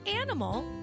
animal